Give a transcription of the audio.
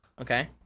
Okay